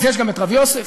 אז יש גם את רב יוסף,